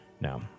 Now